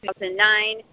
2009